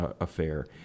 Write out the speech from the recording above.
affair